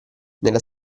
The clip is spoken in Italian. nella